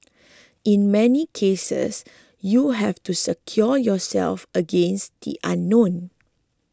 in many cases you have to secure yourself against the unknown